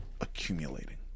accumulating